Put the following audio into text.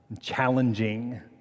challenging